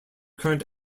current